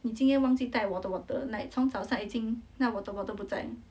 你今天忘记带 water bottle like 从早上已经那 water bottle 不在